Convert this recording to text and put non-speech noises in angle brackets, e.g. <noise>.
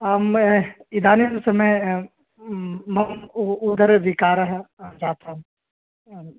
आं मया इदानीं समये म मम उ उदरविकारः जातः <unintelligible>